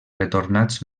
retornats